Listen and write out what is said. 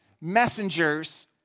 messengers